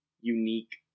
unique